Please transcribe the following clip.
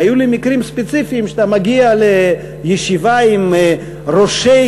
היו לי מקרים ספציפיים שהגעתי לישיבה עם ראשי